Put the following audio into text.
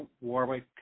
Warwick –